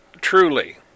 truly